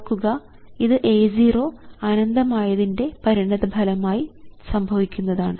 ഓർക്കുക ഇത് A0 അനന്തമായതിൻറെ പരിണതഫലമായി സംഭവിക്കുന്നതാണ്